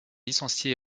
licenciés